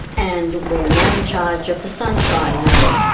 and we're now in charge of the sunshine home